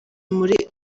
muri